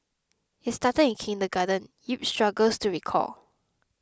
it started in kindergarten Yip struggles to recall